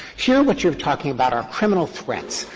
here what you are talking about are criminal threats,